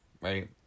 Right